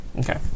Okay